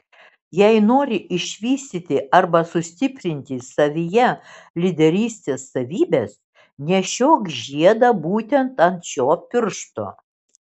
jei nori išvystyti arba sustiprinti savyje lyderystės savybes nešiok žiedą būtent ant šio piršto